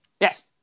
Yes